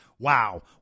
Wow